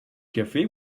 café